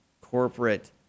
corporate